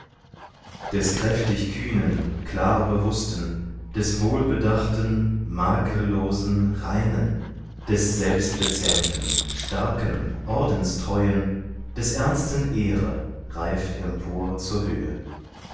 des kräftig kühnen klar bewußten des wohl bedachten makellosen reinen des selbstbezähmten starken ordenstreuen des ernsten ehre reift empor zur höhe